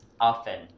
Often